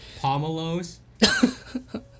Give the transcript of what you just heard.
Pomelos